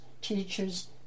teachers